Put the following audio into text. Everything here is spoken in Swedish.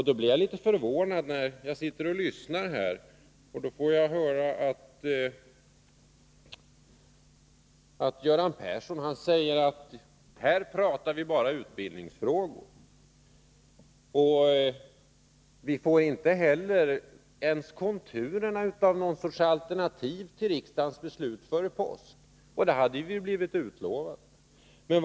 Jag blir då litet förvånad när jag lyssnar och får höra att Göran Persson säger: ”Här pratar vi bara utbildningsfrågor.” Vi får inte heller ens konturerna av någon sorts alternativ till riksdagens beslut före påsk — vilket vi hade blivit utlovade.